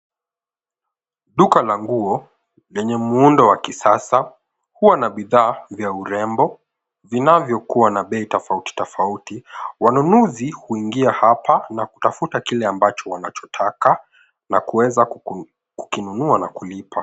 Duka la nguo lenye muundo wa kisasa huwa na bidhaa vya urembo vinavyokuwa na bei tofauti tofauti. Wanunuzi huingia hapa na kutafuta kile ambacho wanachotaka na kuweza kukinunua na kulipa.